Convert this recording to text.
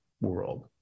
world